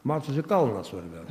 matosi kalnas svarbiausia